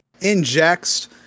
Injects